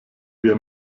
wir